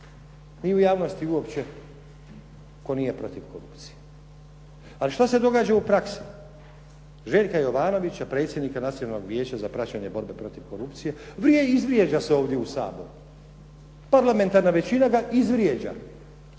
ni u javnosti uopće tko nije protiv korupcije. Ali što se događa u praksi? Željka Jovanovića, predsjednika Nacionalnog vijeća za praćenje borbe protiv korupcije izvrijeđa se ovdje u Saboru, parlamentarna većina ga izvrijeđa.